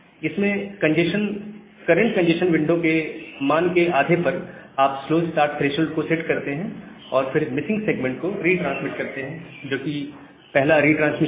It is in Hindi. इसमें करंट कंजेस्शन विंडो के मान के आधे पर आप स्लो स्टार्ट थ्रेशोल्ड को सेट करते हैं और मिसिंग सेगमेंट को रिट्रांसमिट करते हैं जो कि पहला रिट्रांसमिशन है